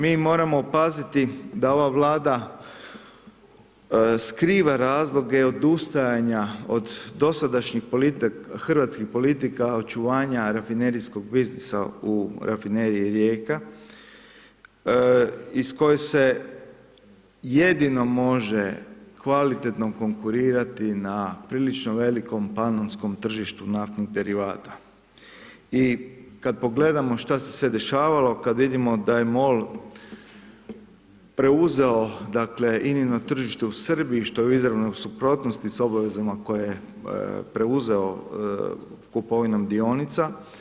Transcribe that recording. Mi moramo paziti da ova Vlada skriva razloge odustajanja od dosadašnjih hrvatskih politika očuvanja rafinerijskog biznisa u rafineriji Rijeka iz koje se jedino može kvalitetno konkurirati na prilično velikom panonskom tržištu naftnih derivata i kad pogledamo šta se sve dešavalo, kad vidimo da je MOL preuzeo dakle INA-ino tržište u Srbiji, što je u izravnoj suprotnosti sa obavezama koje je preuzeo kupovinom dionica.